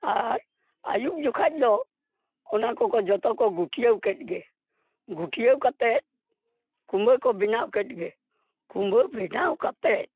ᱟᱨ ᱟᱭᱩᱵ ᱡᱚᱠᱷᱟᱡ ᱫᱚ ᱚᱱᱟ ᱠᱚᱠᱚ ᱡᱚᱛᱚ ᱠᱚ ᱜᱩᱴᱭᱟᱹᱣ ᱠᱮᱫ ᱜᱮ ᱜᱩᱴᱭᱟᱹᱣ ᱠᱟᱛᱮ ᱠᱩᱢᱵᱟᱹ ᱠᱚ ᱵᱮᱱᱟᱣ ᱠᱮᱫ ᱜᱮ ᱠᱩᱢᱵᱟᱹ ᱵᱮᱱᱟᱣ ᱠᱟᱛᱮ